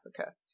Africa